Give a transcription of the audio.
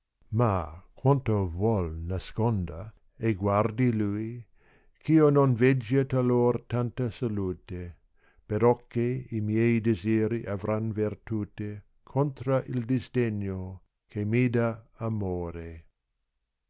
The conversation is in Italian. ma quanto vuol nasconda e guardi lui gh io non veggia talor tanta salute perocché i miei desiri avran vertute centra il disdegno che mi dà amore